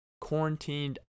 Quarantined